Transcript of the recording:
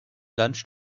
lunch